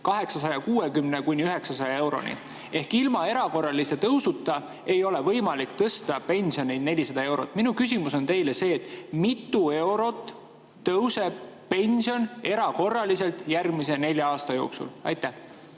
860–900 euroni. Ehk ilma erakorralise tõusuta ei ole võimalik tõsta pensione 400 eurot. Minu küsimus on teile see: mitu eurot tõuseb pension erakorraliselt järgmise nelja aasta jooksul? Aitäh,